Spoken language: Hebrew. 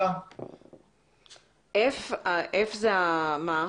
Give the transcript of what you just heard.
ה-F זה מה?